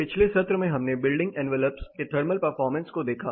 पिछले सत्र में हमने बिल्डिंग एनवेलप्स के थर्मल परफॉर्मेंस को देखा